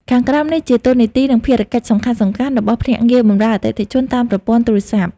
ខាងក្រោមនេះជាតួនាទី និងភារកិច្ចសំខាន់ៗរបស់ភ្នាក់ងារបម្រើអតិថិជនតាមប្រព័ន្ធទូរស័ព្ទ ៖